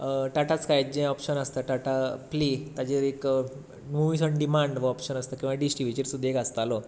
टाटास्कायक जें ऑप्शन आसता टाटा क्लिक ताचेर एक मुवीज ऑन डिमांड हो ऑप्शन आसता किंवां डिश टिवीचेर सुद्दां एक आसतालो